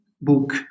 book